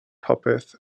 popeth